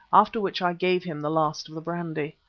after which i gave him the last of the brandy.